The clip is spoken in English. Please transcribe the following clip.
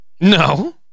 No